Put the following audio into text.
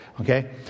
Okay